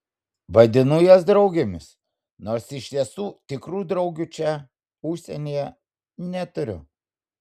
vadinu jas draugėmis nors iš tiesų tikrų draugių čia užsienyje neturiu